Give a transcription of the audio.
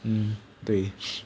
mm 对